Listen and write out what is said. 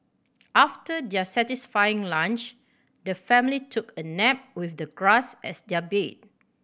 after their satisfying lunch the family took a nap with the grass as their bed